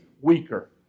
weaker